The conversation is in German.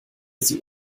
sie